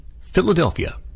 philadelphia